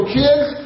kids